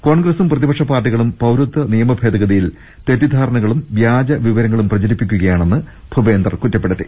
കോൺഗ്രസും പ്രതിപക്ഷ പാർട്ടികളും പൌരത്വനിയമഭേദഗതിയിൽ തെറ്റിദ്ധാരണകളും വ്യാജ വിവരങ്ങളും പ്രചരിപ്പിക്കുകയാണെന്ന് ഭുപേന്ദർ കുറ്റപ്പെടുത്തി